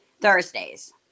Thursdays